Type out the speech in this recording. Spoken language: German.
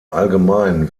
allgemeinen